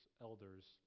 elders